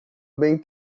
bem